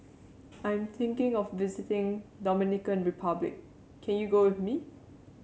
I am thinking of visiting Dominican Republic can you go with me